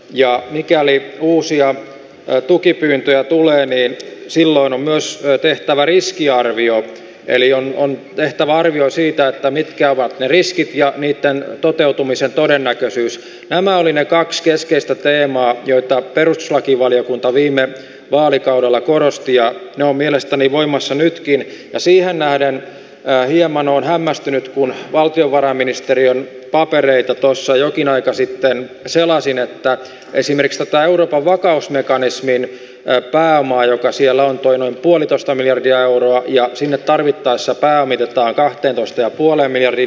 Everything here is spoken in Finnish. ja mikäli uusia a tukipyyntöä tulla hänen silloin on myös väite että varis ja arvio neljä on tehtävä arvio siitä että mitkä ovat ne riskit ja niitten toteutumisen todennäköisyys päämaalina kaks keskeistä teemaa jota perustuslakivaliokunta on viime vaalikaudella kun astia on mielestäni voimassa nytkin ja siihen nähden hieman on hämmästynyt kun valtiovarainministeriön papereita tuossa jokin aika sitten selasin että esimeriksta tai euroopan vakausmekanismin ja pääomaa joka siellä on toinen puolitoista miljardia euroa ja sinne tarvittaessa pääomitetaan kahteentoista ja puoleen miljardiin